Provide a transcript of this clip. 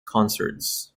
concerts